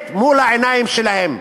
מת מול העיניים שלהם.